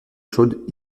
chaudes